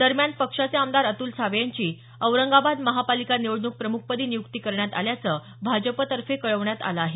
दरम्यान पक्षाचे आमदार अतूल सावे यांची औरंगाबाद महापालिका निवडणूक प्रमुखपदी नियुक्ती करण्यात आल्याच भाजपतर्फे कळवण्यात आल आहे